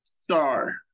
star